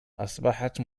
أصبحت